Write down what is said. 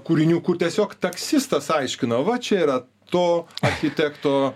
kūrinių kur tiesiog taksistas aiškina va čia yra to architekto